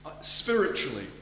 spiritually